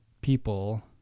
people